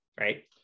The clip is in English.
right